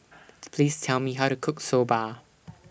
Please Tell Me How to Cook Soba